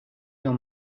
your